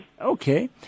Okay